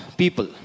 people